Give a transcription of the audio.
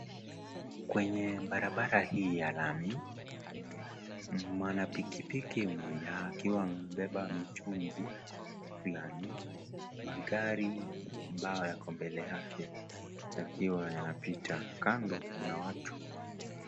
Kwenye barabara hii ya lami mwana pikipiki mmoja akiwa amebeba mitungi fulani magari ambayo yako mbele yake yakiwa yanapita kando kuna watu.